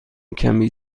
کمی